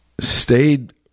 stayed